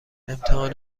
امتحان